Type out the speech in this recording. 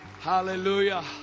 Hallelujah